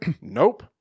nope